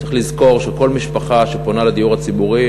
צריך לזכור שכל משפחה שפונה לדיור הציבורי,